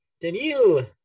Daniel